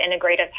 Integrative